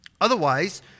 Otherwise